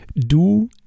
Du